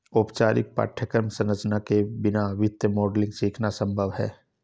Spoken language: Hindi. औपचारिक पाठ्यक्रम संरचना के बिना वित्तीय मॉडलिंग सीखना संभव हैं